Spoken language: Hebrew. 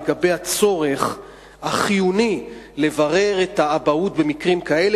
לגבי הצורך החיוני לברר את האבהות במקרים כאלה,